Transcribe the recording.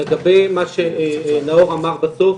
לגבי מה שנאור אמר בסוף,